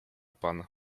pan